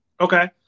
Okay